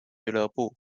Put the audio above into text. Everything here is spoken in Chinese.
俱乐部